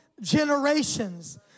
generations